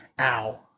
Ow